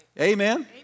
Amen